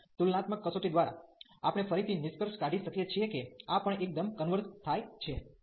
અને તુલનાત્મક કસોટી દ્વારા આપણે ફરીથી નિષ્કર્ષ કાઢી શકીએ છીએ કે આ પણ એકદમ કન્વર્ઝ થાય છે